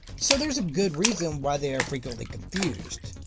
so, there's a good reason why they are frequently confused.